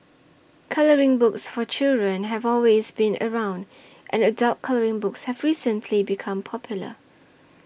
colouring books for children have always been around and adult colouring books have recently become popular